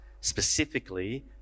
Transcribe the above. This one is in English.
specifically